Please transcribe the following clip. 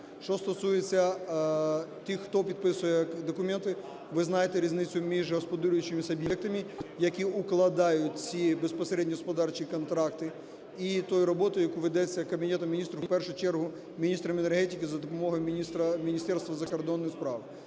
Що стосується тих, хто підписує документи, ви знаєте різницю між господарюючими суб'єктами, які укладають ці безпосередньо господарчі контракти, і тою роботою, яка ведеться Кабінетом Міністрів, в першу чергу міністром енергетики за допомогою Міністерства закордонних справ.